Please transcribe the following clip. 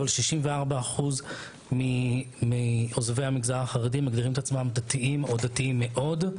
אבל כ-64% מעוזבי המגזר החרדי מגדירים את עצמם כדתיים או דתיים מאוד,